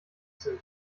sind